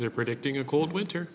they're predicting a cold winter